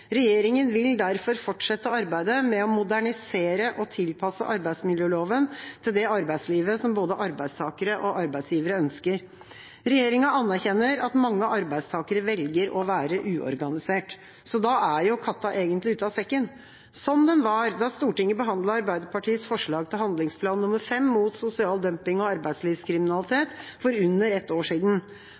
Regjeringen vil derfor fortsette arbeidet med å modernisere og tilpasse arbeidsmiljøloven til det arbeidslivet som både arbeidstakere og arbeidsgivere ønsker. Regjeringen anerkjenner at mange arbeidstakere velger å være uorganisert.» Så da er jo katta egentlig ute av sekken – som den var da Stortinget behandlet Arbeiderpartiets forslag til handlingsplan nummer 5 mot sosial dumping og arbeidslivskriminalitet for under ett år siden.